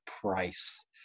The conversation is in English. price